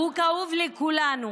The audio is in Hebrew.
והוא כאוב לכולנו.